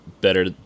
better